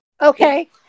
Okay